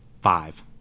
five